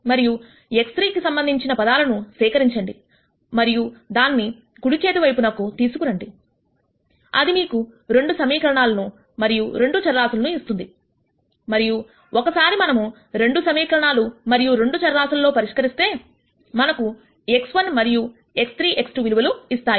మరియు x3 కి సంబంధించిన పదాలను సేకరించండి మరియు దానిని కుడిచేతి వైపునకు తీసుకురండి అది మీకు రెండు సమీకరణాలు మరియు రెండు చరరాశులను ఇస్తుంది మరియు ఒకసారి మనము రెండు సమీకరణాలు మరియు రెండు చరరాశులలో పరిష్కరిస్తే మనకు x1 మరియు x3 x2 విలువలు ఇస్తాయి